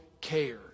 care